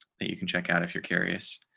you can check out if you're curious.